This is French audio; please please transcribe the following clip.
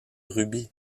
ruby